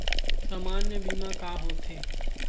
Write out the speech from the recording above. सामान्य बीमा का होथे?